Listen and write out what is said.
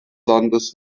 landes